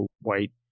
white